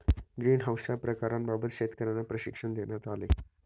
ग्रीनहाउसच्या प्रकारांबाबत शेतकर्यांना प्रशिक्षण देण्यात आले